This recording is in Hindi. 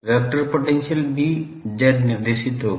वेक्टर पोटेंशियल भी z निर्देशित होगा